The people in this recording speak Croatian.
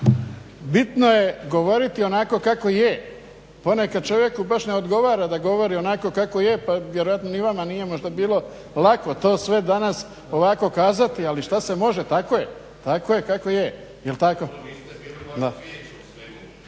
bitno je govoriti onako kako je. Ponekad čovjeku baš ne odgovara da govori onako kako je pa vjerojatno ni vama možda nije lako to sve danas ovako kazati ali šta se može kako je, tako je kako je. Jel tako? Žao